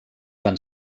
van